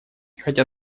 хотя